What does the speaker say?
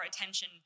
attention